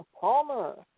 Palmer